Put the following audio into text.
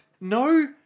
No